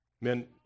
Men